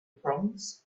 proms